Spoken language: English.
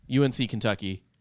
UNC-Kentucky